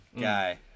guy